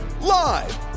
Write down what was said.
Live